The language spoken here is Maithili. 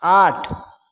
आठ